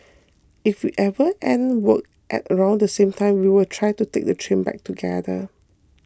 if we ever end work at around the same time we will try to take the train back together